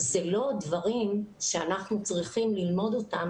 אלה לא דברים שאנחנו צריכים ללמוד אותם